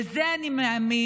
בזה אני מאמין.